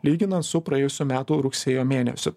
lyginan su praėjusių metų rugsėjo mėnesiu